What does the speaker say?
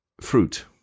fruit